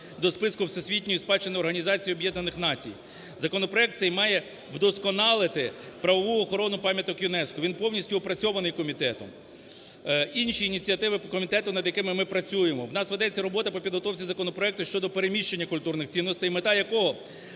до Списку всесвітньої спадщини Організації Об'єднаних Націй). Законопроект цей має вдосконалити правову охорону пам'яток ЮНЕСКО. Він повністю опрацьований комітет. Інші ініціативи по комітету над якими ми працюємо. У нас ведеться робота по підготовці законопроекту щодо переміщення культурних цінностей, мета якого